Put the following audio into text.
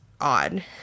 odd